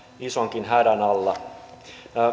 isonkin hädän alla